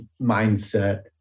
mindset